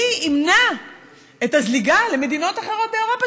מי ימנע את הזליגה למדינות אחרות באירופה,